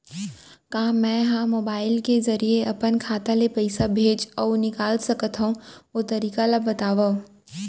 का मै ह मोबाइल के जरिए अपन खाता ले पइसा भेज अऊ निकाल सकथों, ओ तरीका ला बतावव?